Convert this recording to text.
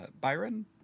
Byron